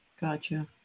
Gotcha